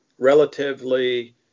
relatively